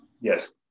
Yes